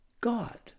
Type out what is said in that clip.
God